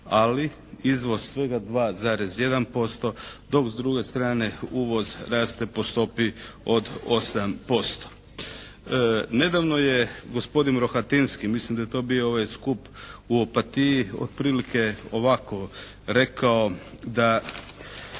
ali izvoz svega 2,1% dok s druge strane uvoz raste po stopi od 8%. Nedavno je gospodin Rohatinski mislim da je to bio ovaj skup u Opatiji otprilike ovako rekao.